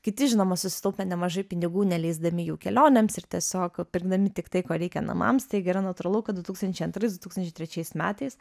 kiti žinoma susitaupė nemažai pinigų neleisdami jų kelionėms ir tiesiog pirkdami tik tai ko reikia namams taigi yra natūralu kad du tūkstančiai antrais du tūkstančiai trečiais metais